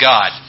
God